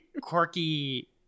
quirky